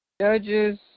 judges